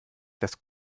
das